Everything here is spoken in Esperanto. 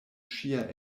ŝia